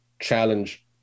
challenge